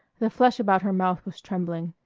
the flesh about her mouth was trembling.